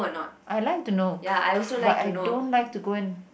I like to know but I don't like to go and